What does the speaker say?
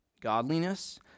godliness